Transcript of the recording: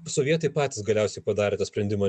sovietai patys galiausiai padarė tą sprendimą